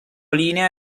linea